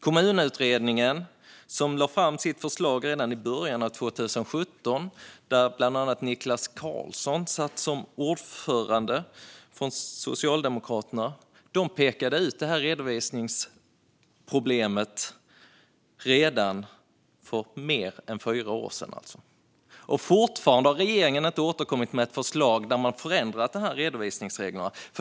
Kommunutredningen, där Niklas Karlsson från Socialdemokraterna satt som ordförande, lade fram sitt förslag i början av 2017 och pekade ut det här redovisningsproblemet redan då. Det var alltså för mer än fyra år sedan, och fortfarande har regeringen inte återkommit med ett förslag där man ändrat redovisningsreglerna.